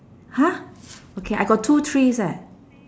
!huh! okay I got two trees eh